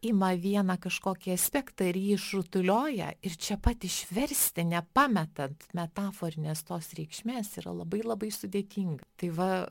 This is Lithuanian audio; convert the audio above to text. ima vieną kažkokį aspektą ir jį išrutulioja ir čia pat išversti nepametant metaforinės tos reikšmės yra labai labai sudėtinga tai va